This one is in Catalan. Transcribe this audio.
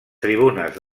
tribunes